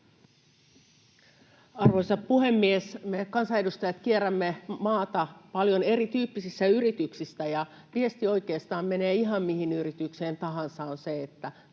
Arvoisa puhemies! Me kansanedustajat kierrämme maata paljon erityyppisissä yrityksissä, ja viesti, menee oikeastaan ihan mihin yritykseen tahansa, on se, että